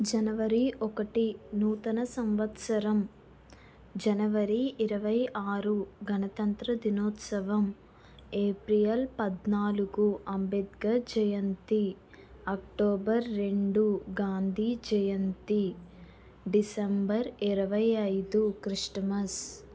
జనవరి ఒకటి నూతన సంవంత్సరం జనవరి ఇరవై ఆరు గణతంత్ర దినోత్సవం ఏప్రిల్ పద్నాలుగు అంబేద్కర్ జయంతి అక్టోబర్ రెండు గాంధీ జయంతి డిసెంబర్ ఇరవై ఐదు క్రిష్టమస్